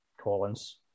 Collins